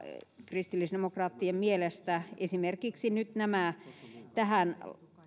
kristillisdemokraattien mielestä esimerkiksi nyt nämä tähän